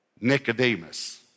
Nicodemus